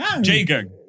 J-Gang